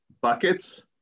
buckets